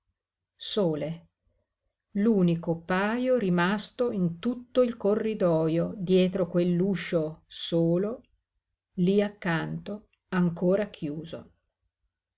lí sole l'unico pajo rimasto in tutto il corridojo dietro quell'uscio solo lí accanto ancora chiuso